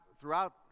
throughout